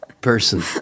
person